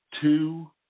two